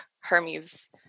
Hermes